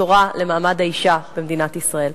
בשורה למעמד האשה במדינת ישראל.